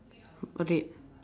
okay